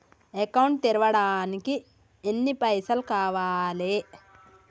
Account తెరవడానికి ఎన్ని పైసల్ కావాలే?